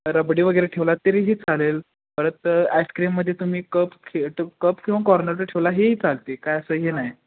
रबडी वगैरे ठेवला तरीही चालेल परत आइस्क्रीमध्ये तुम्ही कप खे कप किंवा कॉर्नेटो ठेवला ही चालते काय असं हे नाही